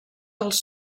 els